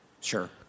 Sure